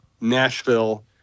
nashville